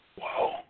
Wow